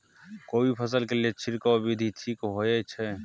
कोबी फसल के लिए छिरकाव विधी ठीक होय छै?